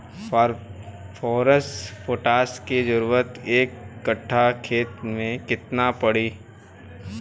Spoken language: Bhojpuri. फॉस्फोरस पोटास के जरूरत एक कट्ठा खेत मे केतना पड़ी?